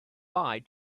bye